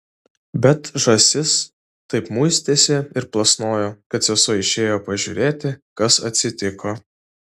bet žąsis taip muistėsi ir plasnojo kad sesuo išėjo pažiūrėti kas atsitiko